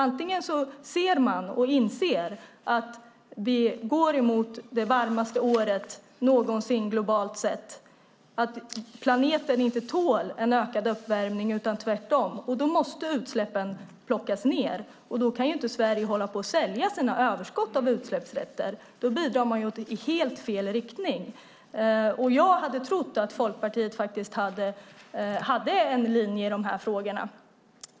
Om man inser att vi går mot det varmaste året någonsin globalt sett och att planeten inte tål en ökad uppvärmning utan tvärtom måste utsläppen minska. Då kan inte Sverige hålla på att sälja sina överskott av utsläppsrätter. Då bidrar man i helt fel riktning. Jag trodde att Folkpartiet hade en linje i dessa frågor.